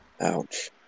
ouch